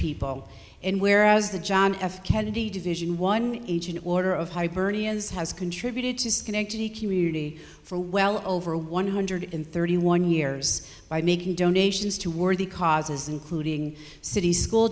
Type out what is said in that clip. people and whereas the john f kennedy division one agent order of hibernian is has contributed to schenectady community for well over one hundred thirty one years by making donations to worthy causes including city school